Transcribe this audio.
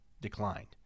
declined